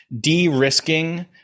de-risking